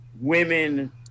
women